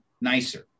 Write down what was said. nicer